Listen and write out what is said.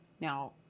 now